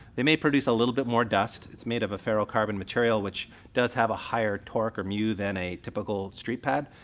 they may produce a little bit more dust. it's made of a ferro-carbon material, which does have a higher torque, or mu, than a typical street pad,